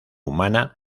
humana